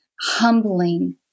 humbling